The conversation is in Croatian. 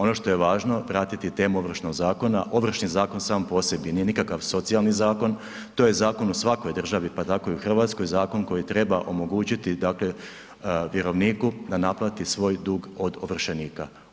Ono što je važno, vratiti temu Ovršnog zakona, Ovršni zakon sam po sebi nije nikakav socijalni zakon, to je zakon u svakoj državi pa tako i u Hrvatskoj, zakon koji treba omogućiti dakle vjerovniku da naplati svoj dug od ovršenika.